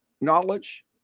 knowledge